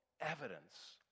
evidence